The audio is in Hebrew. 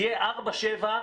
יהיה 4:7,